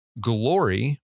glory